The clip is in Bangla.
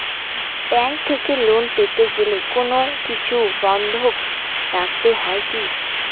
ব্যাংক থেকে লোন পেতে গেলে কোনো কিছু বন্ধক রাখতে হয় কি?